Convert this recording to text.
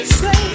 say